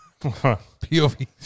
POV